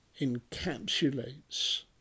encapsulates